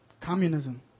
Communism